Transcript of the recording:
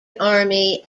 army